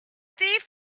thief